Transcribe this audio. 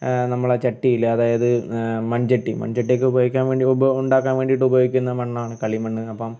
ആ നമ്മുടെ ചട്ടിയില്ലേ അതായത് മൺചട്ടി മൺചട്ടിയൊക്കെ ഉപയോഗിക്കാൻ വേണ്ടി ഉണ്ടാക്കാൻ വേണ്ടീട്ട് ഉപയോഗിക്കുന്ന മണ്ണാണ് കളിമണ്ണ് അപ്പം